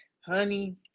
honey